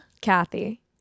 Kathy